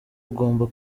ugomba